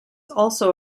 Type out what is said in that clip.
also